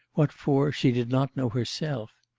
what for she did not know herself.